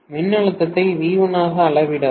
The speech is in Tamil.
மின்னழுத்தத்தை V1 ஆக அளவிடவும்